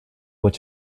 what